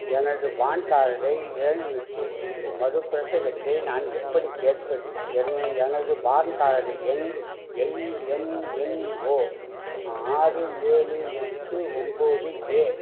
எனது பான் கார்டை இழந்துவிட்டேன் மறுபிரசகத்தை நான் எப்படிக் கேட்பது என்னு எனது பான் கார்டு எண் எல்எம்என்ஓ ஆறு ஏழு எட்டு ஒன்போது கே